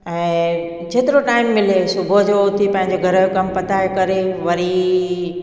ऐं जेतिरो टाइम मिले सुबुह जो उथी पंहिंजे घर जो कमु पताए करे वरी